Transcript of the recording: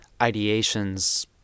ideations